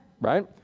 right